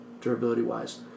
durability-wise